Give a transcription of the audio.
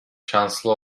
şanslı